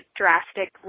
drastic